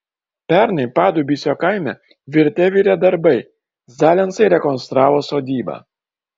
pernai padubysio kaime virte virė darbai zalensai rekonstravo sodybą